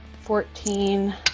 fourteen